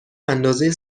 اندازه